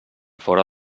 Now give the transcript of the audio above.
fora